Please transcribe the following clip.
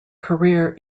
career